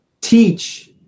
teach